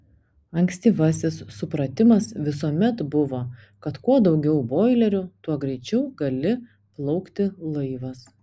ankstyvasis supratimas visuomet buvo kad kuo daugiau boilerių tuo greičiau gali plaukti laivas